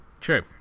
true